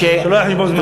שלא יהיה על חשבון זמנך.